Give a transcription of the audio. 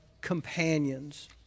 companions